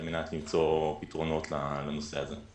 (ההסתדרות הרפואית) על מנת למצוא פתרונות לנושא הזה.